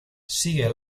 sigue